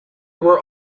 were